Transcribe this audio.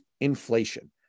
inflation